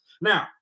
Now